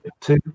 two